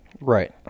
Right